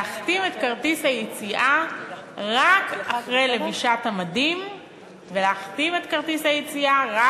להחתים את הכרטיס רק אחרי לבישת המדים ולהחתים את הכרטיס ביציאה רק